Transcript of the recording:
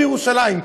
בירושלים.